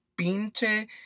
pinche